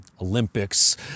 olympics